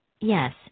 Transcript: Yes